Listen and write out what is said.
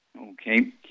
Okay